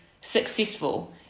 successful